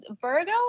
Virgo